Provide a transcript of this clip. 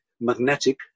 magnetic